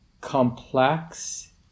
complex